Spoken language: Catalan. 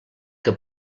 que